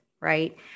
right